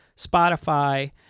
Spotify